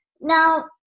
Now